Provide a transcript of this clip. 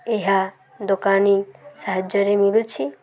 ଏହା ଦୋକାନୀ ସାହାଯ୍ୟରେ ମିଳୁଛି